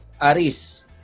Aris